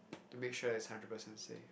to make sure it's hundred percent safe